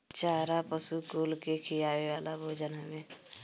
चारा पशु कुल के खियावे वाला भोजन हवे